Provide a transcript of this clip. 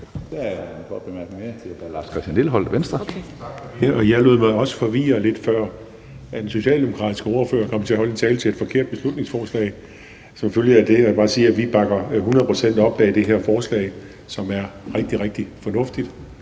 Jeg lod mig også forvirre lidt før, som følge af at den socialdemokratiske ordfører kom til at holde en tale til et forkert beslutningsforslag. Jeg vil bare sige, at vi bakker hundrede procent op om det her forslag, som er rigtig, rigtig fornuftigt,